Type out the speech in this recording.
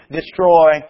destroy